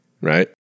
Right